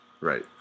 Right